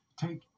take